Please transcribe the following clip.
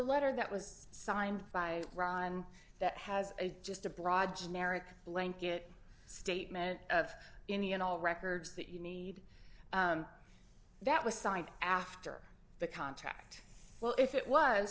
letter that was signed by ron that has just a broad generic blanket statement of any and all records that you need that was signed after the contract well if it was